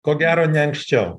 ko gero ne anksčiau